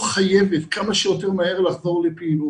חייבת כמה שיותר מהר לחזור לפעילות.